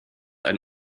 ein